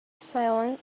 silence